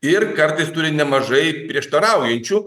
ir kartais turi nemažai prieštaraujančių